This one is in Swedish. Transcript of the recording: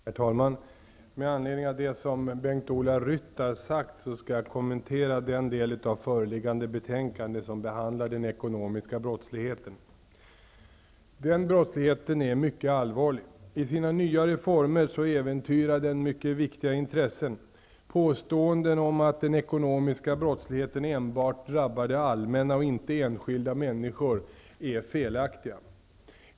Herr talman! Med anledning av det som Bengt Ola Ryttar sagt skall jag kommentera den del av föreliggande betänkande som behandlar den ekonomiska brottsligheten. Denna brottslighet är mycket allvarlig. I sina nyare former äventyrar den mycket viktiga intressen. Påståenden om att den ekonomiska brottsligheten enbart drabbar det allmänna och inte enskilda människor är felaktiga.